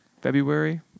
February